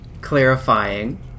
clarifying